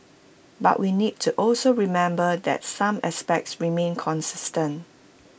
but we need to also remember that some aspects remain consistent